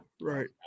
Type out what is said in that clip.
right